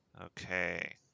Okay